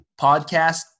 podcast